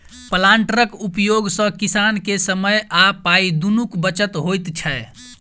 प्लांटरक उपयोग सॅ किसान के समय आ पाइ दुनूक बचत होइत छै